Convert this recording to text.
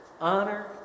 Honor